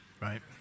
right